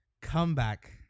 comeback